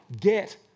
get